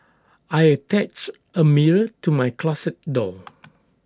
I attached A mirror to my closet door